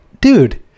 dude